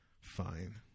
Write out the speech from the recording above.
fine